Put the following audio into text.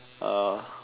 uh